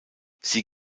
sie